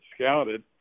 scouted